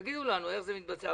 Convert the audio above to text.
תגידו לנו איך זה מתבצע.